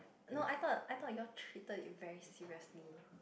no I thought I thought you all treated it very seriously